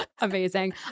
Amazing